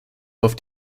auf